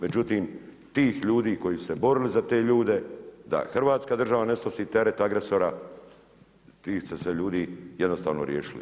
Međutim tih ljudi koji su se borili za te ljude da Hrvatska država ne snosi teret agresora, tih ste se ljudi jednostavno riješili.